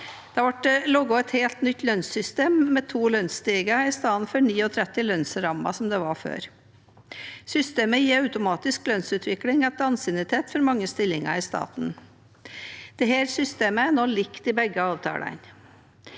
det laget et helt nytt lønnssys tem med to lønnsstiger i stedet for 39 lønnsrammer, som man hadde før. Systemet gir automatisk lønnsutvikling etter ansiennitet for mange stillinger i staten. Dette systemet er nå likt i begge avtalene.